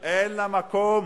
אין לה מקום